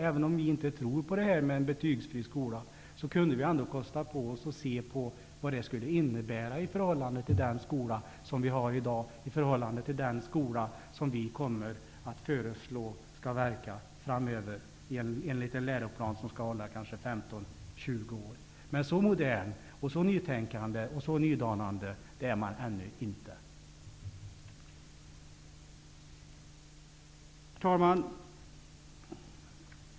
Även om vi inte tror på en betygsfri skola, kan vi ändå kosta på oss att se på vad en sådan skola skulle innebära i förhållande till den skola som finns i dag och i förhållande till den skola som vi kommer att föreslå skall verka framöver enligt en läroplan som skall hålla kanske 15--20 år. Så modern, så nytänkande och så nydanande är man ännu inte. Herr talman!